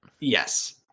Yes